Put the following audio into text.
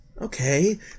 okay